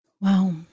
Wow